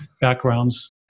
backgrounds